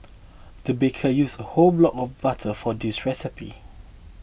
the baker used a whole block of butter for this recipe